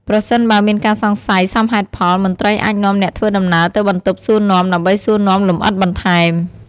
ប្រសិនបើមានការសង្ស័យសមហេតុផល មន្ត្រីអាចនាំអ្នកធ្វើដំណើរទៅបន្ទប់សួរនាំដើម្បីសួរនាំលម្អិតបន្ថែម។